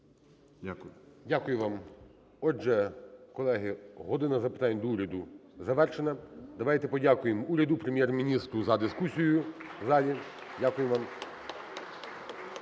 Дякую вам. Отже, колеги, "година запитань до Уряду" завершена. Давайте подякуємо уряду, Прем'єр-міністру за дискусію в залі. Дякуємо вам.